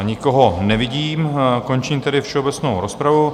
Nikoho nevidím, končím tedy všeobecnou rozpravu.